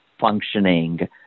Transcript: functioning